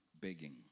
begging